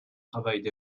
travaillent